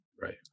right